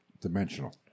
dimensional